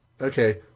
Okay